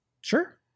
sure